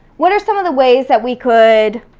what are some of the ways that we could